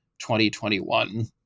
2021